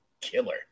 killer